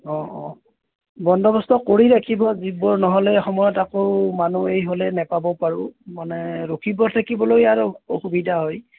অঁ অঁ বন্দবস্ত কৰি ৰাখিব জীপবোৰ নহ'লে সময়ত আকৌ মানুহ এই হ'লে নেপাবও পাৰোঁ মানে ৰখিব থাকিবলৈ আৰু অসুবিধা হয়